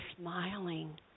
smiling